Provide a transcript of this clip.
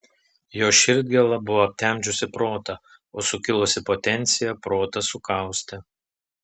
jo širdgėla buvo aptemdžiusi protą o sukilusi potencija protą sukaustė